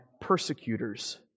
persecutors